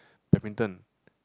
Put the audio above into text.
badminton